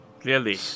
Clearly